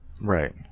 Right